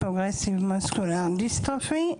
progressive muscular dystrophy.